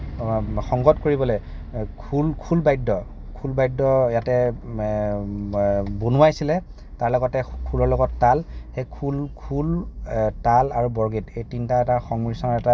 সংগত কৰিবলে খোল খোল বাদ্য ইয়াতে বনোৱাইছিলে তাৰ লগতে খোলৰ লগত তাল সেই খোল খোল তাল আৰু বৰগীত এই তিনিটাৰ এটা সংমিশ্ৰণ এটা